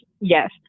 Yes